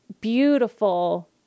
beautiful